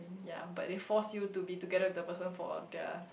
ya but they forced you to be together with the person for their